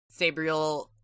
Sabriel